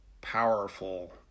powerful